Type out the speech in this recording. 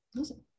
Awesome